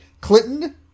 Clinton